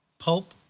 pulp